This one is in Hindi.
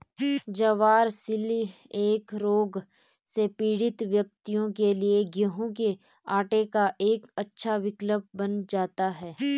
ज्वार सीलिएक रोग से पीड़ित व्यक्तियों के लिए गेहूं के आटे का एक अच्छा विकल्प बन जाता है